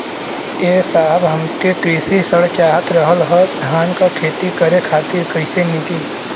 ए साहब हमके कृषि ऋण चाहत रहल ह धान क खेती करे खातिर कईसे मीली?